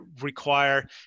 require